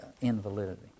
invalidity